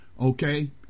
okay